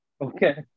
Okay